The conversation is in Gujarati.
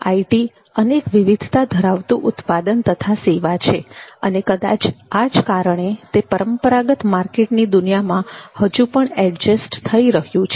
આઇટી અનેક વિવિધતા ધરાવતું ઉત્પાદન તથા સેવા છે અને કદાચ આ જ કારણે તે પરંપરાગત માર્કેટની દુનિયામાં હજુ પણ એડજસ્ટ થઈ રહ્યું છે